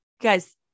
guys